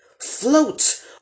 Float